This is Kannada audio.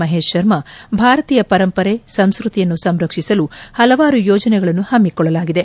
ಮಹೇಶ್ ಕರ್ಮಾ ಭಾರತೀಯ ಪರಂಪರೆ ಸಂಸ್ಟತಿಯನ್ನು ಸಂರಕ್ಷಿಸಲು ಹಲವಾರು ಯೋಜನೆಗಳನ್ನು ಹಮ್ಮಿಕೊಳ್ಳಲಾಗಿದೆ